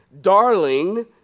darling